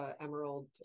Emerald